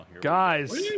Guys